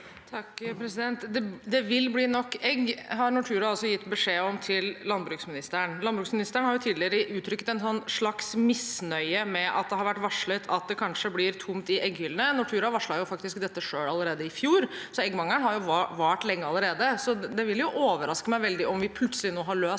(H) Det vil bli nok egg, har Nortura altså gitt beskjed om til landbruksministeren. Landbruksministeren har tidligere uttrykt en slags misnøye med at det har vært varslet at det kanskje blir tomt i egghyllene. Nortura varslet faktisk dette selv allerede i fjor, så eggmangelen har vart lenge allerede. Det vil overraske meg veldig om vi plutselig nå har løst